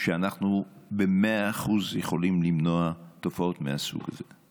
שאנחנו ב-100% יכולים למנוע תופעות מהסוג הזה.